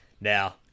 Now